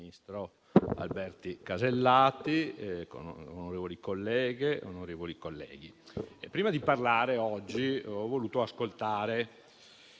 Alberti Casellati, onorevoli colleghe e colleghi, prima di parlare oggi ho voluto ascoltare